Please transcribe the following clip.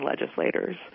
legislators